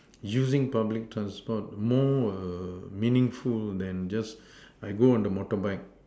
using public transport more err meaningful that just I go on the motorbike